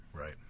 right